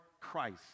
Christ